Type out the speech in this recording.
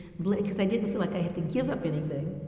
like because i didn't feel like i had to give up anything.